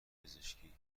پزشکی